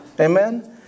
Amen